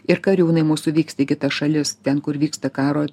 ir kariūnai mūsų vyksta į kitas šalis ten kur vyksta karo